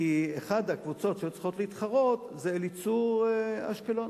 כי אחת הקבוצות שהיו צריכות להתחרות היתה "אליצור אשקלון".